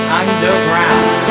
underground